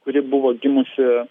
kuri buvo gimusi